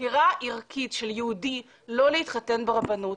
כבחירה ערכית של יהודי לא להתחתן ברבנות,